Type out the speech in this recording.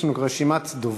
יש לנו כבר רשימת דוברים.